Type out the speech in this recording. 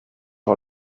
par